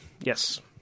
Yes